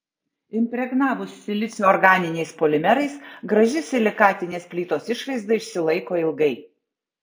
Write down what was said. impregnavus silicio organiniais polimerais graži silikatinės plytos išvaizda išsilaiko ilgai